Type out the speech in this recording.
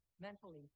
mentally